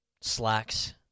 Slacks